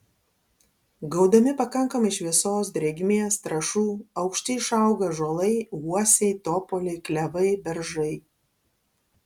gaudami pakankamai šviesos drėgmės trąšų aukšti išauga ąžuolai uosiai topoliai klevai beržai